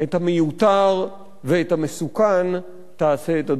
את המיותר ואת המסוכן תעשה את הדרוש.